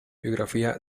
biografía